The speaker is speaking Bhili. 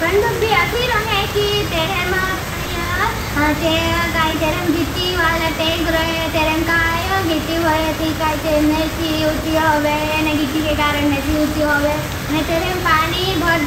पंडुभी असी रहे की तेरेम काई गिटी वाल टेंक रहे। तेरेम काई गिटी भरेती काई चे नेची उची होवे। नेची गिटी के कारण नेची उची होवे। तेरेम पानी भर